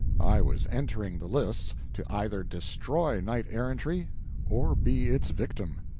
i was entering the lists to either destroy knight-errantry or be its victim.